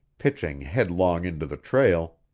pitching headlong into the trail,